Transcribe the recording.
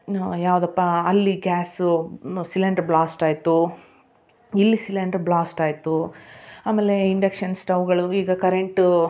ಇನ್ನೂ ಯಾವುದಪ್ಪಾ ಅಲ್ಲಿ ಗ್ಯಾಸು ಸಿಲೆಂಡ್ರ್ ಬ್ಲಾಸ್ಟ್ ಆಯಿತು ಇಲ್ಲಿ ಸಿಲೆಂಡ್ರ್ ಬ್ಲಾಸ್ಟ್ ಆಯಿತು ಆಮೇಲೇ ಇಂಡಕ್ಷನ್ ಸ್ಟವ್ವುಗಳು ಈಗ ಕರೆಂಟೂ